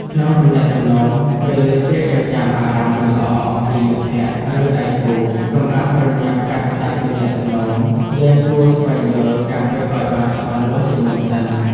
ក្នុងទំនាក់ទំនង ពេលឮពាក្យចចាមអារ៉ាមមិនល្អអំពីមិត្តភក្តិ ឬដៃគូ កុំអាលប្រញាប់កាត់ផ្តាច់ទំនាក់ទំនង យើងគួរស្វែងយល់ការពិតឲ្យបានច្បាស់លាស់ជាមុនសិន។